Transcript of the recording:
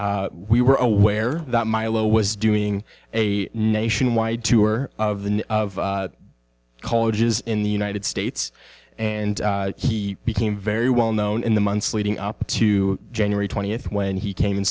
we were aware that milo was doing a nationwide tour of the colleges in the united states and he became very well known in the months leading up to january twentieth when he came and